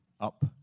up